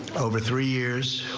over three years.